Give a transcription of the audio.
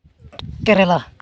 Kerala